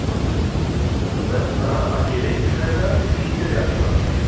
अच्छा अच्छा त मैम तव्हां अकेले ई सेखाईंदा आहियो की टीम में ॿिया बि माण्हू अथव